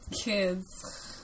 kids